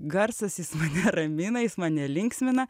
garsas jis mane ramina jis mane linksmina